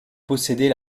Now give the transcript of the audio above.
posséder